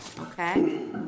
okay